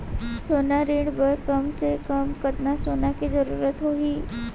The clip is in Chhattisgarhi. सोना ऋण बर कम से कम कतना सोना के जरूरत होही??